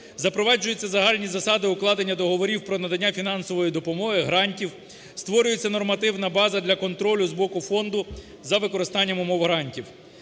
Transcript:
Запроваджуються загальні засади укладення договорів про надання фінансової допомоги, грантів. Створюється нормативна база для контролю з боку фонду за використанням умов грантів.